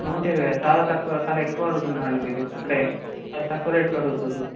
నూట ఇరవై చాలా తక్కువ చాలా ఎక్కువ అడుగుతున్నారండి మీరు అంటే చాలా తక్కువ రేటుకి అడుగుతున్నారు